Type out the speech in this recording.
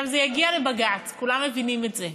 זה יגיע לבג"ץ, כולם מבינים את זה,